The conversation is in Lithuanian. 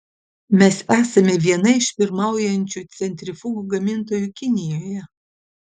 mes esame viena iš pirmaujančių centrifugų gamintojų kinijoje